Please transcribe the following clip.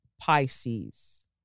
Pisces